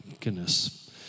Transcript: goodness